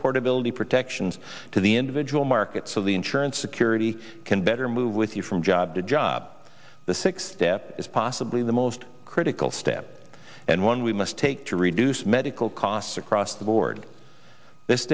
portability protections to the individual market so the insurance security can better move with you from job to job the six step is possibly the most critical step and one we must take to reduce medical costs across the board this